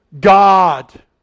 God